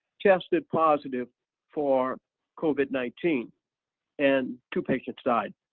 tested positive for covid nineteen and two patients died.